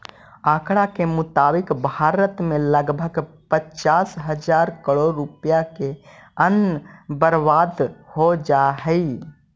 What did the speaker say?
आँकड़ा के मुताबिक भारत में लगभग पचास हजार करोड़ रुपया के अन्न बर्बाद हो जा हइ